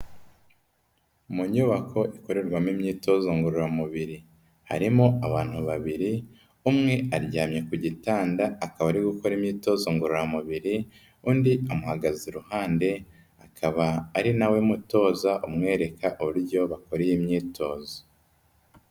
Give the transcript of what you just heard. Mu nyubako ikorerwamo imyitozo ngororamubiri harimo abantu babiri, umwe aryamye ku gitanda akaba ari gukora imyitozo ngororamubiri, undi amuhagaze iruhande akaba ari na we mutoza umwereka uburyo bakora iyi myitozo.